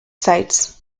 sites